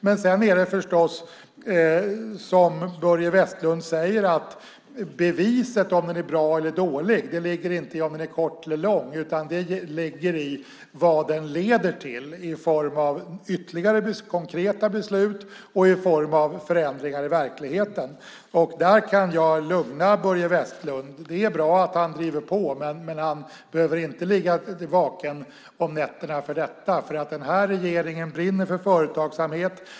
Sedan är det förstås som Börje Vestlund säger, att beviset om den är bra eller dålig inte ligger i om den är kort eller lång, utan det ligger i vad den leder till i form av ytterligare konkreta beslut och förändringar i verkligheten. Där kan jag lugna Börje Vestlund. Det är bra att han driver på, men han behöver inte ligga vaken om nätterna för detta. Den här regeringen brinner för företagsamhet.